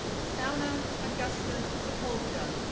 susanna augusta sepulveda,